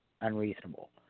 unreasonable